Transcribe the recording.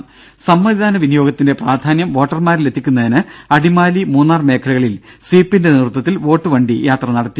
ദര സമ്മതിദാന വിനിയോഗത്തിന്റെ പ്രാധാന്യം വോട്ടർമാരിലെത്തിക്കുന്നതിന് അടിമാലി മൂന്നാർ മേഖലകളിൽ സ്വീപ്പിന്റെ നേതൃത്വത്തിൽ വോട്ടുവണ്ടി യാത്ര നടത്തി